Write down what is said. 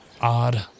odd